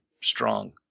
strong